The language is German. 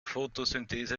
fotosynthese